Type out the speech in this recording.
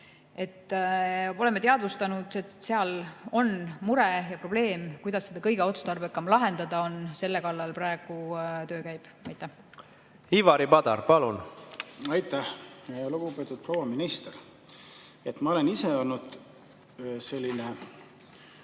et oleme teadvustanud, et seal on mure ja probleem. Kuidas seda kõige otstarbekam lahendada on, selle kallal praegu töö käib. Ivari Padar, palun! Aitäh! Lugupeetud proua minister! Ma olen ise olnud selline